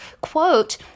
quote